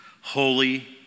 holy